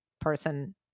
person